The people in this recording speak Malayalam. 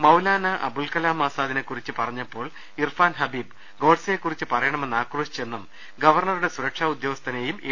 മൌലാന അബുൽകലാം ആസാദിനെക്കുറിച്ച് പറഞ്ഞപ്പോൾ ഇർഫാൻ ഹബീബ് ഗോഡ്സെയെക്കുറിച്ച് പറയണമെന്ന് ആക്രേശിച്ചെന്നും ഗവർണറുടെ സുരക്ഷാ ഉദ്യോഗസ്ഥനെയും എ